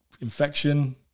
infection